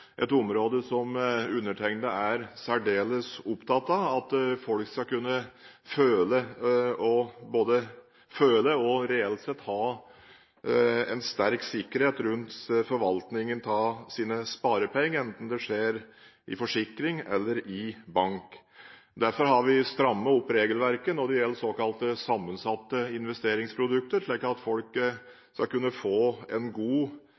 et område som undertegnede er særdeles opptatt av – at folk skal både kunne føle at de har og reelt sett ha en sterk sikkerhet rundt forvaltningen av sine sparepenger, enten det skjer i forsikring eller i bank. Derfor har vi strammet opp regelverket når det gjelder såkalte sammensatte investeringsprodukter, så folk skal kunne få en god